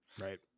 Right